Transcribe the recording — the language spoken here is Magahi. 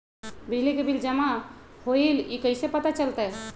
बिजली के बिल जमा होईल ई कैसे पता चलतै?